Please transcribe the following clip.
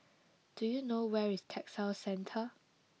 do you know where is Textile Centre